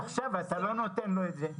ועכשיו אתה לא נותן לו את זה.